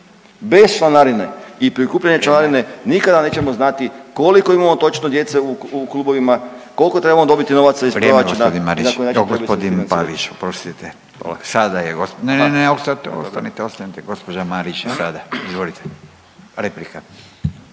Bez članarine i prikupljanja članarine nikada nećemo znati koliko imamo točno djece u klubovima, koliko trebamo dobiti novaca iz proračuna